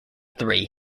three